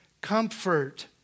comfort